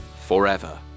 forever